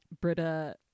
Britta